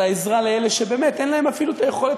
על העזרה לאלה שבאמת אין להם אפילו היכולת